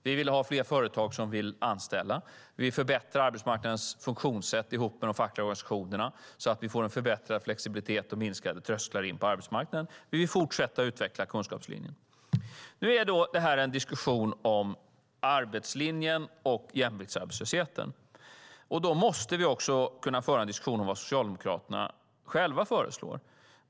Vi vill ha fler företag som vill anställa. Vi förbättrar arbetsmarknadens funktionssätt ihop med de fackliga organisationerna så att vi får en förbättrad flexibilitet och minskade trösklar in på arbetsmarknaden. Vi vill fortsätta att utveckla kunskapslinjen. Detta är en diskussion om arbetslinjen och jämviktsarbetslösheten. Då måste vi också kunna föra en diskussion om vad Socialdemokraterna själva föreslår.